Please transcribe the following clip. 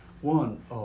One